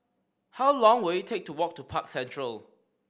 how long will it take to walk to Park Central